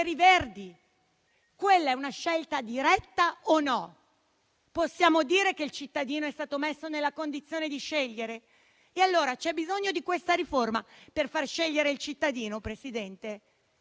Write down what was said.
i Verdi. Quella è o non è una scelta diretta? Possiamo dire che il cittadino è stato messo nella condizione di scegliere? Allora c'è bisogno di questa riforma per far scegliere il cittadino, signora